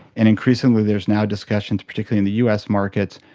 and increasingly there is now discussions, particularly in the us market,